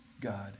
God